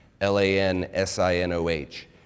L-A-N-S-I-N-O-H